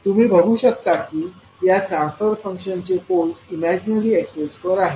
तुम्ही बघू शकता की या ट्रान्सफर फंक्शन चे पोल्स इमैजनेरी एक्सिस वर आहेत